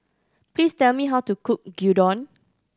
please tell me how to cook Gyudon